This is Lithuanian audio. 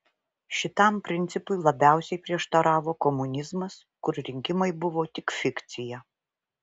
šitam principui labiausiai prieštaravo komunizmas kur rinkimai buvo tik fikcija